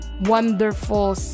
wonderful